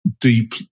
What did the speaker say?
Deep